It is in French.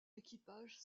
équipage